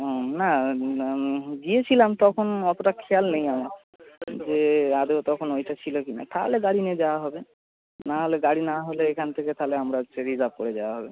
হুম না গিয়েছিলাম তখন অতটা খেয়াল নেই আমার যে আদৌ তখন ওইটা ছিল কি না তাহলে গাড়ি নিয়ে যাওয়া হবে না হলে গাড়ি না হলে এখান থেকে তাহলে আমরা সে রিজার্ভ করে যাওয়া হবে